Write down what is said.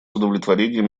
удовлетворением